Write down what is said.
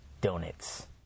Donuts